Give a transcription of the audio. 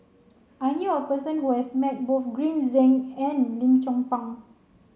I knew a person who has met both Green Zeng and Lim Chong Pang